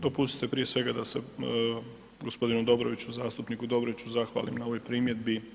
Dopustite prije svega da se gospodinu Dobroviću, zastupniku Dobroviću zahvalim na ovoj primjedbi.